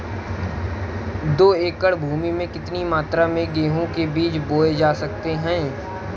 दो एकड़ भूमि में कितनी मात्रा में गेहूँ के बीज बोये जा सकते हैं?